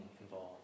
involved